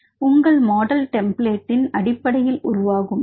உங்கள் மாடல் டெம்ப்ளட்டின் அடிப்படையில் உருவாகும்